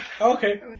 Okay